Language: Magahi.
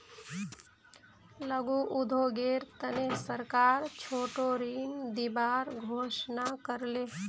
लघु उद्योगेर तने सरकार छोटो ऋण दिबार घोषणा कर ले